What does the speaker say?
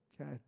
Okay